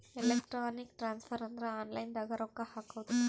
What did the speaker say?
electronic transfer ಅಂದ್ರ online ದಾಗ ರೊಕ್ಕ ಹಾಕೋದು